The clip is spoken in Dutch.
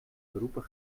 beroepen